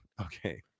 Okay